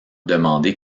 demandé